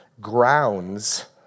grounds